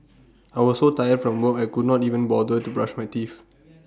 I was so tired from work I could not even bother to brush my teeth